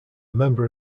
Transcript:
member